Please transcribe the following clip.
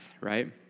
right